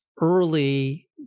early